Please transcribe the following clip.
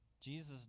jesus